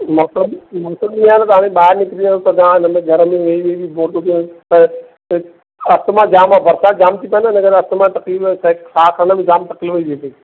मौसमु मौसमु ईअं आहे त तव्हां खे ॿाहिरि निकिरी वयुमि त तव्हां घर में वेही वेही बि बोर थो थिए ऐं त अस्थमा जाम आहे बरसाति जाम थी पए हिन करे अस्थमा तकलीफ़ छा आहे साहु खरण में जाम तकलीफ़ थी थिए